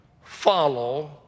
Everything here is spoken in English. follow